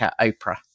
Oprah